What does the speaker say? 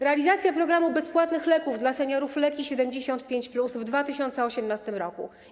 Realizacja programu bezpłatnych leków dla seniorów „Leki 75+” w 2018 r.